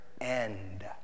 end